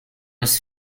his